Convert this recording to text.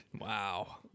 Wow